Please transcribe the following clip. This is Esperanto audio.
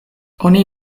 oni